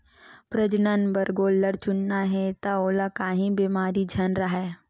प्रजनन बर गोल्लर चुनना हे त ओला काही बेमारी झन राहय